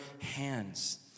hands